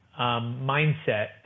mindset